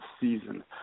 season